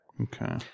okay